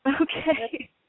Okay